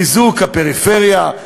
חיזוק הפריפריה,